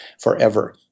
forever